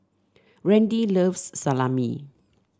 Randy loves Salami